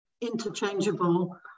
interchangeable